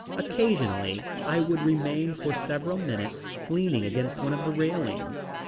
occasionally, i would remain for several minutes leaning against one of the railings.